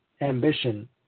ambition